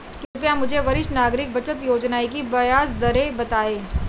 कृपया मुझे वरिष्ठ नागरिक बचत योजना की ब्याज दर बताएं